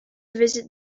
visit